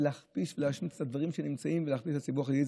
ולהכפיש ולהשמיץ את הדברים שנמצאים ולהכפיש את הציבור החרדי.